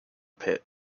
pit